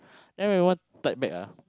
then when we want to type back ah